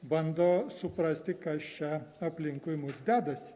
bando suprasti kas čia aplinkui mus dedasi